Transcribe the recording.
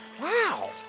Wow